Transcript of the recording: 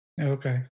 Okay